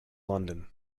london